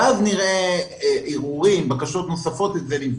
ואז נראה ערעורים ובקשות נוספות שנבדוק,